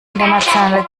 internationale